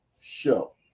show